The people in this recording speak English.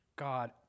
God